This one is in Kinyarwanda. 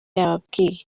yababwiye